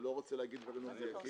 ואני לא רוצה להגיד דברים לא מדויקים.